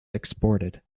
exported